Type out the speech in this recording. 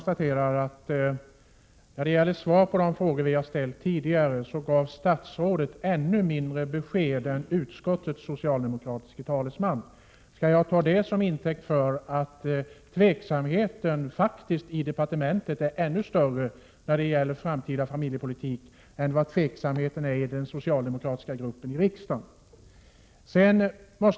Herr talman! Jag konstaterar att statsrådet gav ännu mindre besked än utskottets socialdemokratiske talesman om de frågor som vi tidigare ställde. Skall jag ta det till intäkt för att tveksamheten när det gäller framtida familjepolitik är ännu större i departementet än i den socialdemokratiska gruppen i riksdagen?